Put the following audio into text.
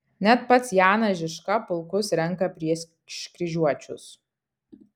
net pats janas žižka pulkus renka prieš kryžiuočius